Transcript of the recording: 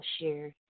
share